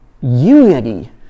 Unity